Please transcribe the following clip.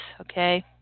okay